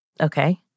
Okay